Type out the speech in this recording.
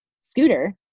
scooter